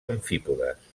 amfípodes